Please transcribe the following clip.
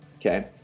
Okay